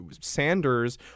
Sanders